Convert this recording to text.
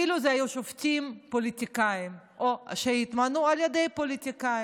ואילו היו שופטים פוליטיקאים או שהתמנו על ידי פוליטיקאים.